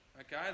okay